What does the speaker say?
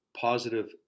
positive